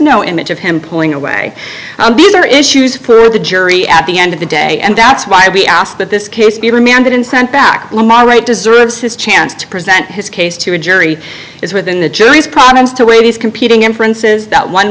no image of him pulling away and these are issues for the jury at the end of the day and that's why we ask that this case be remanded and sent back home are right deserves his chance to present his case to a jury is within the jury's problems to weigh these competing inferences that one